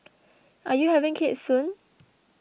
are you having kids soon